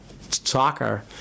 soccer